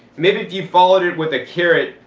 maybe if you followed it with a carrot,